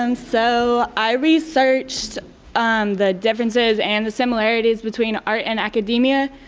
and so, i researched the differences and the similarities between art and academia,